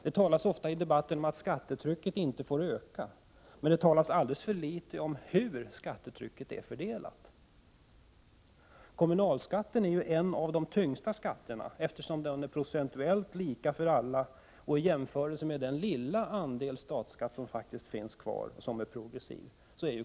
Det talas ofta i debatten om att skattetrycket inte får öka, men det talas alldeles för litet om hur skattetrycket är fördelat. Kommunalskatten är en av de tyngsta skatterna, eftersom den är procentuellt lika för alla, i jämförelse med den lilla andel statsskatt som finns kvar och som är progressiv.